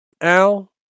Al